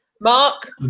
Mark